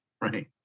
Right